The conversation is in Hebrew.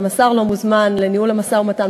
גם השר לא מוזמן לניהול המשא-ומתן,